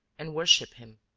and worship him.